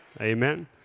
Amen